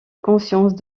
conscience